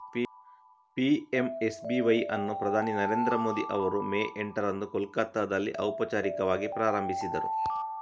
PMSBY ಅನ್ನು ಪ್ರಧಾನಿ ನರೇಂದ್ರ ಮೋದಿ ಅವರು ಮೇ ಎಂಟರಂದು ಕೋಲ್ಕತ್ತಾದಲ್ಲಿ ಔಪಚಾರಿಕವಾಗಿ ಪ್ರಾರಂಭಿಸಿದರು